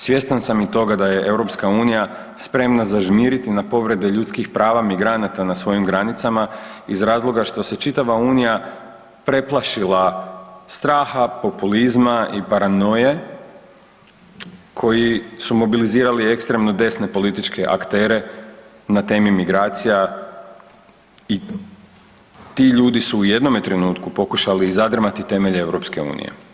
Svjestan sam i toga da je EU spremna zažmiriti na povrede ljudskih prava migranata na svojim granicama iz razloga što se čitava unija preplašila straha, populizma i paranoje koji su mobilizirali ekstremno desne političke aktere na temi migracija i ti ljudi su u jednome trenutku pokušali zadrmati temelje EU.